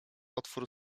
otwór